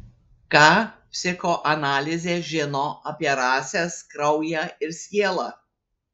ką psichoanalizė žino apie rases kraują ir sielą